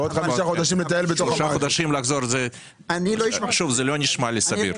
5 חודשים לחזור, זה לא נשמע לי סביר.